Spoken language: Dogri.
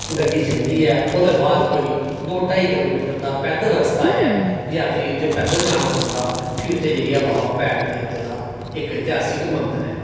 गड्डी जंदी ऐ उसदे बाद कोई दौं ढाई किलोमीटर दा रस्ता ऐ यात्री उत्थै पैदल जाना पौंदा ऐ फ्ही उत्थै जाइयै बाबे भैड़ देवते दा इक इतिहासक मंदर ऐ